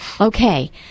okay